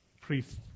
priest